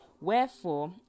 wherefore